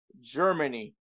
Germany